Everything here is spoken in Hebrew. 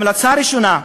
המלצה ראשונה: